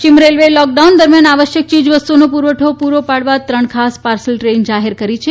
પશ્ચિમ રેલવેએ લોકડાઉન દરમિયાન આવશ્યક ચીજવસ્તુઓનો પુરવઠો પુરો પાડવા ત્રણ ખાસ પાર્સલ ટ્રેન જાહેર કરી છે